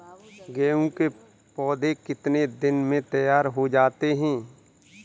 गेहूँ के पौधे कितने दिन में तैयार हो जाते हैं?